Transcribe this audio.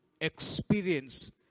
experience